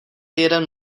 jeden